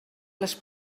les